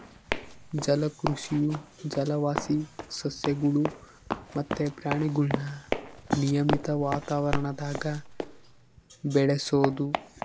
ಜಲಕೃಷಿಯು ಜಲವಾಸಿ ಸಸ್ಯಗುಳು ಮತ್ತೆ ಪ್ರಾಣಿಗುಳ್ನ ನಿಯಮಿತ ವಾತಾವರಣದಾಗ ಬೆಳೆಸೋದು